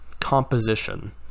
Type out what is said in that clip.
composition